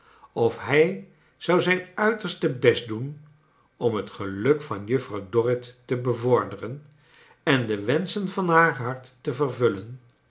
of bij zou zijn uiterste best doen om bet geluk van juffrouw dorrit te bevorderen en de wenscben van haar hart te vervullen